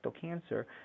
cancer